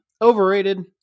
Overrated